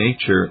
nature